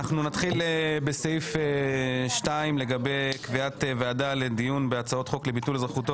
נתחיל בסעיף 2 לגבי קביעת ועדה לדיון בהצעות חוק לביטול אזרחותו